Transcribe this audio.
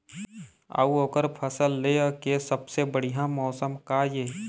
अऊ ओकर फसल लेय के सबसे बढ़िया मौसम का ये?